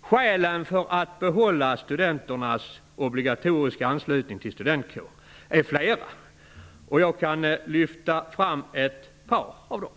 Skälen för att behålla studenternas obligatoriska anslutning till en studentkår är flera. Jag kan lyfta fram några av dem.